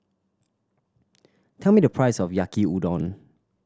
tell me the price of Yaki Udon